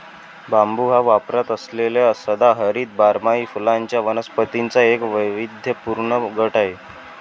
बांबू हा वापरात असलेल्या सदाहरित बारमाही फुलांच्या वनस्पतींचा एक वैविध्यपूर्ण गट आहे